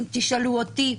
אם תשאלו אותי,